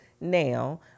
now